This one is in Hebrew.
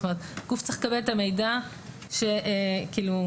זאת אומרת, גוף צריך לקבל מידע שהוא באמת נכון.